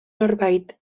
norbait